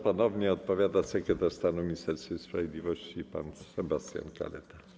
Ponownie odpowiada sekretarz stanu w Ministerstwie Sprawiedliwości pan Sebastian Kaleta.